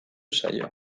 zaio